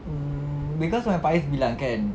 um cause when faiz bilang kan